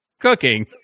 cooking